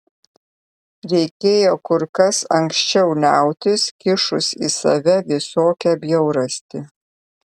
reikėjo kur kas anksčiau liautis kišus į save visokią bjaurastį